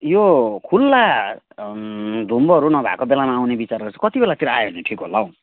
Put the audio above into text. यो खुल्ला धुम्मोहरू नभएको बेलामा आउने बिचार गरेको कति बेलातिर आयो भने ठिक होला हौ